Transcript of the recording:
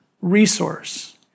resource